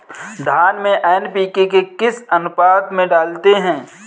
धान में एन.पी.के किस अनुपात में डालते हैं?